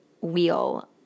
wheel